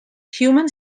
human